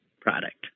product